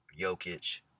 Jokic